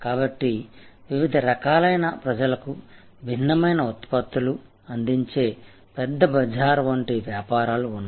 కాబట్టి వివిధ రకాలైన ప్రజలకు భిన్నమైన ఉత్పత్తులు అందించే పెద్ద బజార్ వంటి వ్యాపారాలు ఉన్నాయి